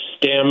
STEM